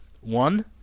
One